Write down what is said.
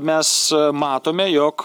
mes matome jog